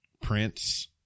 Prince